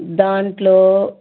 దాంట్లో